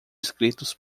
escritos